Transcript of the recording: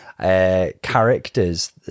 Characters